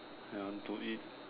I want to eat